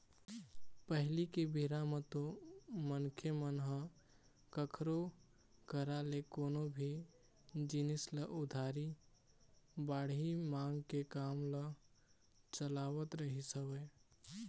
पहिली के बेरा म तो मनखे मन ह कखरो करा ले कोनो भी जिनिस ल उधारी बाड़ही मांग के काम ल चलावत रहिस हवय